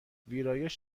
ویرایش